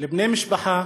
לבני משפחה